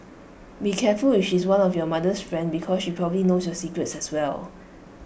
be careful if she's one of your mother's friend because she probably knows your secrets as well